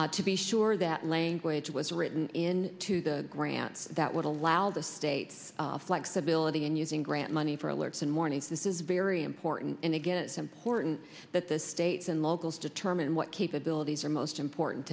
fielded to be sure that language was written in to the grants that would allow the state flexibility in using grant money for alerts and warnings this is very important and again it's important that the states and locals determine what capabilities are most important